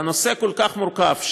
בנושא כל כך מורכב,